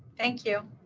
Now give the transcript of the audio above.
thank you.